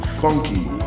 funky